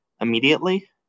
immediately